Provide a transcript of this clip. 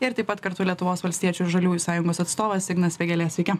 ir taip pat kartu lietuvos valstiečių ir žaliųjų sąjungos atstovas ignas vėgėlė sveiki